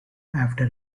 after